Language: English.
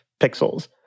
pixels